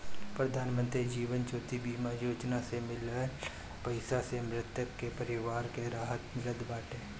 प्रधानमंत्री जीवन ज्योति बीमा योजना से मिलल पईसा से मृतक के परिवार के राहत मिलत बाटे